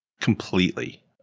completely